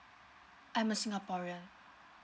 I'm a singaporean